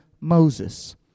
Moses